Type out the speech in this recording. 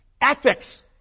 Ethics